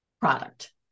product